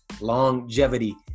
longevity